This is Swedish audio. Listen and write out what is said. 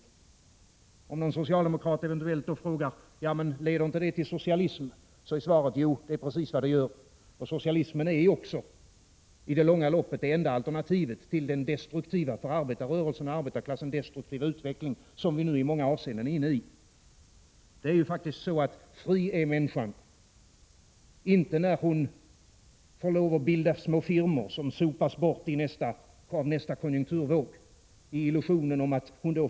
Om någon socialdemokrat då eventuellt frågar ”Leder inte det till socialism?” är svaret: Jo, det är precis vad det gör. Socialismen är också i det långa loppet det enda alternativet till den för arbetarrörelsen och arbetarklassen destruktiva utveckling som vi nu i många avseenden är inne i. Fri är människan inte när hon, i illusionen om att hon då förverkligar sig själv, får lov att bilda små firmor som sopas bort av nästa konjunkturvåg.